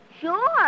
Sure